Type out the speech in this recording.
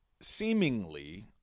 seemingly